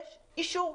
יש אישור.